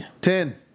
Ten